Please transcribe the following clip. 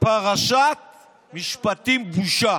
"פרשת משפטים, בושה".